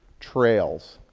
trails,